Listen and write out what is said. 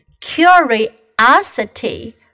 Curiosity